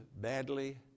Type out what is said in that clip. badly